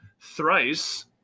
thrice